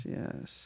yes